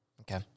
Okay